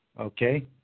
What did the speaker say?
Okay